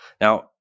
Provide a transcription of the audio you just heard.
Now